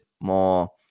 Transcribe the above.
more